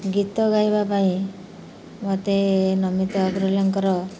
ଗୀତ ଗାଇବା ପାଇଁ ମୋତେ ନମିତା ଅଗ୍ରୱାଲାଙ୍କର